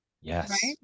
Yes